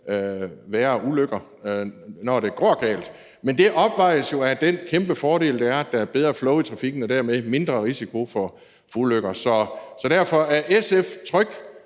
værre ulykker, når det går galt – jo opvejes af den kæmpe fordel, det er, at der er bedre flow i trafikken og dermed mindre risiko for ulykker. Så derfor, er SF tryg